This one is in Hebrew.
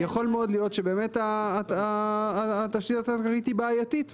יכול מאוד להיות שבאמת התשתית התת-קרקעית היא בעייתית,